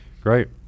great